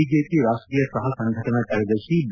BJP ರಾಷ್ಷೀಯ ಸಹ ಸಂಘಟನಾ ಕಾರ್ಯದರ್ಶಿ ಬಿ